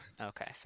Okay